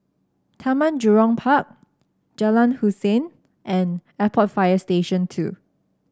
Taman Jurong Park Jalan Hussein and Airport Fire Station Two